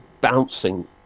bouncing